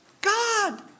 God